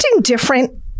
different